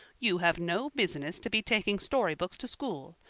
you have no business to be taking storybooks to school.